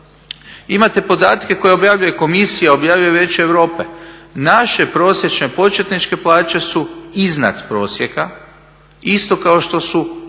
Imate podatke koje objavljuje Komisija, objavljuje Vijeće Europe. Naše prosječne početničke plaće su iznad prosjeka isto kao što su ja